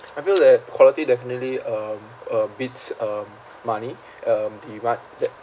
I feel that quality definitely um uh beats um money um the mon~ that